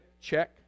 check